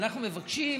אנחנו מבקשים